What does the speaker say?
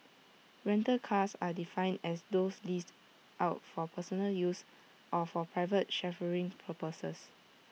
rental cars are defined as those leased out for personal use or for private chauffeuring purposes